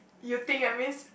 you think I miss